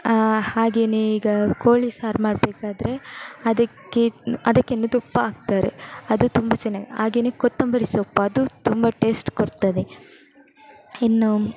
ಹಾಗೆಯೇ ಈಗ ಕೋಳಿ ಸಾರು ಮಾಡಬೇಕಾದ್ರೆ ಅದಕ್ಕೆ ಅದಕ್ಕೇನೇ ತುಪ್ಪ ಹಾಕ್ತಾರೆ ಅದು ತುಂಬ ಚೆನ್ನಾಗಿ ಹಾಗೆಯೇ ಕೊತ್ತಂಬರಿ ಸೊಪ್ಪು ಅದು ತುಂಬ ಟೇಸ್ಟ್ ಕೊಡ್ತದೆ ಇನ್ನು